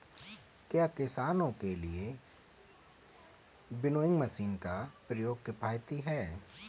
क्या किसानों के लिए विनोइंग मशीन का प्रयोग किफायती है?